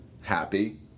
Happy